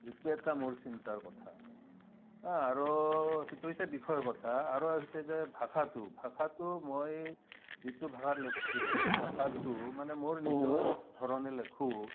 এইটো এটা মোৰ চিন্তাৰ কথা হা আৰু সেইটো হৈছে বিষয় কথা আৰু হৈছে যে ভাষাটো ভাষাটো মই যিটো ভাষাত লিখিছোঁ সেই ভাষাটো মানে মোৰ নিজৰ ধৰণে লিখোঁ